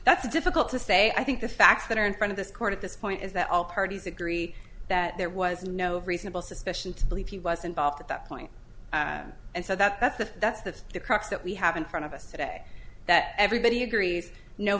that's difficult to say i think the facts that are in front of this court at this point is that all parties agree that there was no reasonable suspicion to believe he was involved at that point and so that's the that's the the crux that we have in front of us today that everybody agrees no